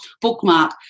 bookmark